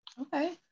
Okay